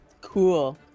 Cool